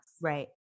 Right